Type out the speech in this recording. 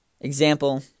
example